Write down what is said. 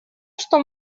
что